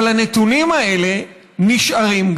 אבל הנתונים האלה נשארים,